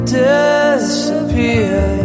disappear